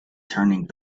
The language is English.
turning